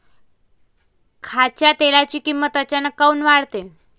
खाच्या तेलाची किमत अचानक काऊन वाढते?